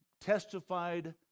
testified